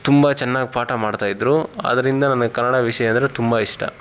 ತುಂಬ ಚೆನ್ನಾಗಿ ಪಾಠ ಮಾಡ್ತಾಯಿದ್ದರು ಅದರಿಂದ ನನಗೆ ಕನ್ನಡ ವಿಷಯ ಅಂದರೆ ತುಂಬ ಇಷ್ಟ